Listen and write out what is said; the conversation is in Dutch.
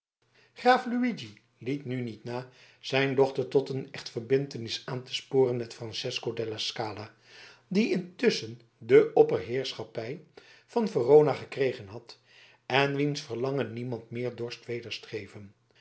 graaf luigi liet nu niet na zijn dochter tot een echtverbintenis aan te sporen met francesco della scala die intusschen de opperheerschappij van verona verkregen had en wiens verlangen niemand meer dorst wederstreven